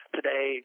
Today